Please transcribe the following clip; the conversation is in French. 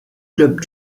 club